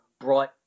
brought